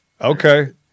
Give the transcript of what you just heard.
Okay